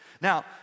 now